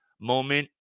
moment